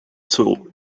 zoo